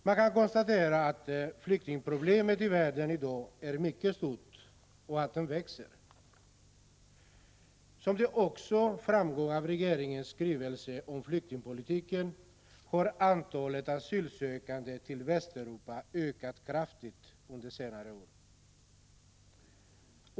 Man kan konstatera att flyktingproblemet i världen i dag är mycket stort och att det växer. Som också framgår av regeringens skrivelse om flyktingpolitiken har antalet asylsökande till Västeuropa ökat kraftigt under senare år.